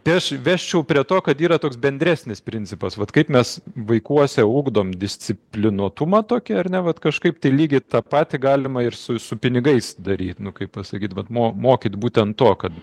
tai aš vesčiau prie to kad yra toks bendresnis principas vat kaip mes vaikuose ugdom disciplinuotumą tokį ar ne vat kažkaip tai lygiai tą patį galima ir su su pinigais daryt nu kaip pasakyt vat mo mokyt būtent to kad